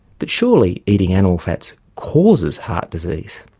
but surely eating animal fats causes heart disease.